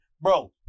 Bro